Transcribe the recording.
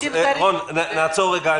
רון, נעצור לרגע.